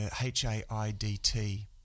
H-A-I-D-T